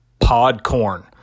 Podcorn